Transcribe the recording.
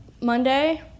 Monday